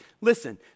listen